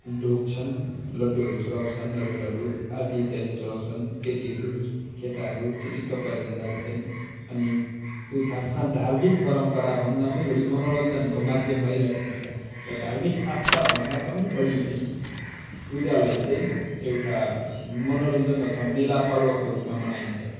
ढोग्छन् लड्डुहरू चढाउँछन् नरिवलहरू आदि इत्यादि चढाउँछन् केटीहरू केटाहरू चिटिक्क परेर जान्छन् अनि पूजामा धार्मिक परम्परा भन्दा बढी मनोरञ्जनको माध्यम भइरहेको हुन्छ र धार्मिक आस्था भन्दा पनि बढी चाहिँ पूजालाई चाहिँ एउटा मनोरञ्जन अथवा मेला पर्वको रूपमा मनाइन्छ